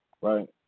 right